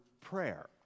prayer